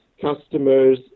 customers